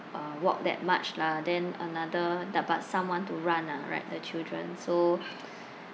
uh walk that much lah then another some want to run ah right the children so